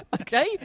Okay